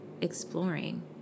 exploring